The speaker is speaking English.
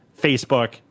Facebook